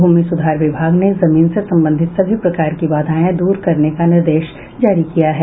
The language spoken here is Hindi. भूमि सुधार विभाग ने जमीन से संबंधित सभी प्रकार की बाधायें दूर करने का निर्देश जारी किया है